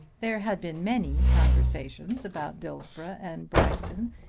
there had been many conversations about dillsborough and bragton,